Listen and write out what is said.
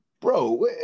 Bro